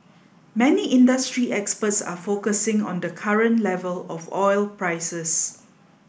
many industry experts are focusing on the current level of oil prices